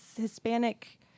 Hispanic